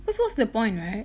cause what's the point right